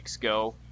go